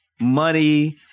money